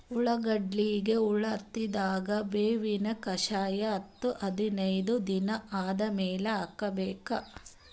ಉಳ್ಳಾಗಡ್ಡಿಗೆ ಹುಳ ಬಿದ್ದಾಗ ಬೇವಿನ ಕಷಾಯ ಹತ್ತು ಹದಿನೈದ ದಿನ ಆದಮೇಲೆ ಹಾಕಬೇಕ?